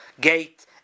gate